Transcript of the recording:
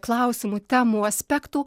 klausimų temų aspektų